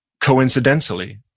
coincidentally